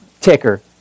ticker